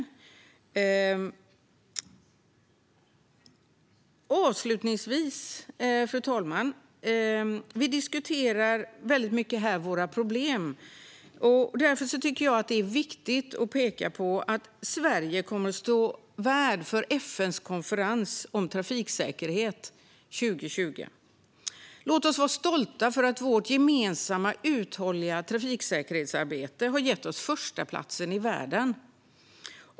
Fru talman! Avslutningsvis diskuterar vi här väldigt mycket våra problem. Det är viktigt att peka på att Sverige kommer att stå värd för FN:s konferens om trafiksäkerhet 2020. Låt oss vara stolta för att vårt gemensamma uthålliga trafiksäkerhetsarbete har gett oss förstaplatsen i världen.